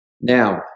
Now